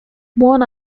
one